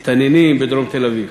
מסתננים, בדרום תל-אביב.